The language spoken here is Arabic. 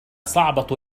صعبة